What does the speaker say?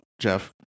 jeff